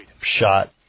shot